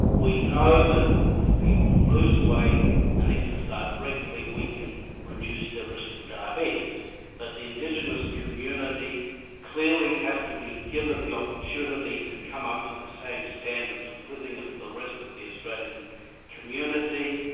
we know that if people lose weight and exercise regularly we can reduce the risk of diabetes but the indigenous community clearly has to be given the opportunity to come up to the same standards of living as the rest of the australian community.